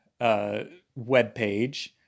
webpage